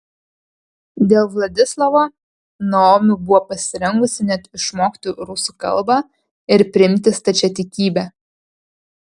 dėl vladislavo naomi buvo pasirengusi net išmokti rusų kalbą ir priimti stačiatikybę